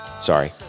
Sorry